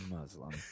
Muslim